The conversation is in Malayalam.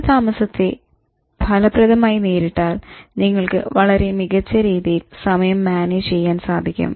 കാലതാമസത്തെ ഫലപ്രദമായി നേരിട്ടാൽ നിങ്ങൾക്ക് വളരെ മികച്ച രീതിയിൽ സമയം മാനേജ് ചെയ്യാൻ സാധിക്കും